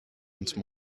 once